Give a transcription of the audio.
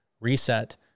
reset